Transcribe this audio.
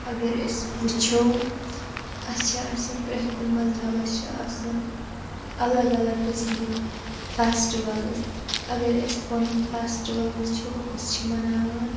اگر أسۍ وٕچھو اَسہِ چھِ آسان پرٛٮ۪تھ کُنہِ مذہَبَس چھِ آسان الگ الگ قٕسمٕکۍ فٮ۪سٹِوَلٕز اگر أسۍ پَنُن فٮ۪سٹِوَل وٕچھو أسۍ چھِ مناوان